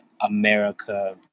America